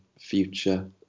future